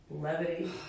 levity